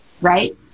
right